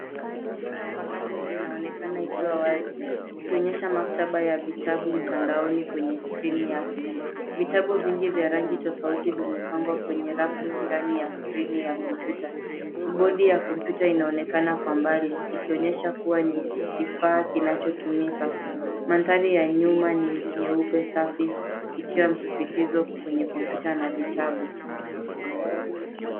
Kompyuta mpakato inaonekana ikiwa wazi ikionyesha maktaba ya vitabu mtandaoni kwenye skrini yake. Vitabu vingi vya rangi tofauti vimepangwa kwenye rafu ndani ya skrini ya kompyuta. Kibodi ya kompyuta inaonekana kwa mbali ikionyesha kuwa ni kifaa kinachotumika. Mandhari ya nyuma ni nyeupe safi ikiwa ni msisitizo kwenye kompyuta na vitabu.